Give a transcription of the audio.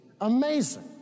amazing